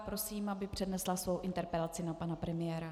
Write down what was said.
Prosím, aby přednesla svou interpelaci na pana premiéra.